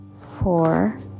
four